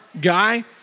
guy